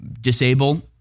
disable